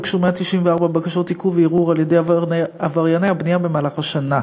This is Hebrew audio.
הוגשו 194 בקשות עיכוב וערעור על-ידי עברייני הבנייה במהלך השנה.